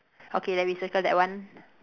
okay then we circle that one